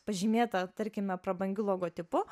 pažymėtą tarkime prabangiu logotipu